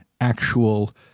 actual